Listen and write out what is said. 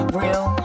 real